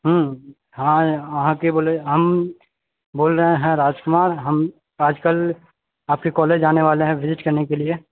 हूँ हाँ अहाँकेँ बोल हम बोल रहे है राजकुमार हम आजकल अपके कॉलेज आने वाले है भिजिट करनेके लिए